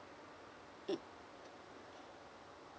mm